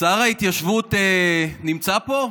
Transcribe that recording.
שר ההתיישבות נמצא פה?